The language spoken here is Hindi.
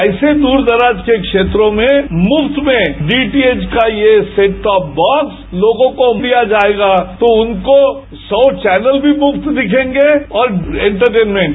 ऐसे दूर दराज के क्षेत्रों में मुफ्त में डीटीएच का ये सेट टॉप बॉक्स लोगों को दिया जायेगा तो उनको सौ चौनल भी मुफ्त दिखेंगे और एंटरटेनमेंट